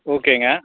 ஓகேங்க